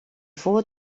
voor